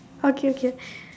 okay okay okay